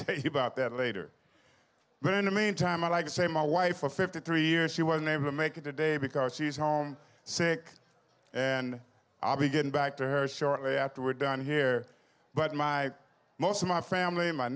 tell you about that later but in the meantime i'd like to say my wife of fifty three years she was named to make it today because she's home sick then i'll be getting back to her shortly after we're done here but my most of my family